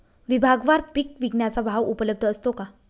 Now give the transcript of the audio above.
विभागवार पीक विकण्याचा भाव उपलब्ध असतो का?